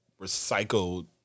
recycled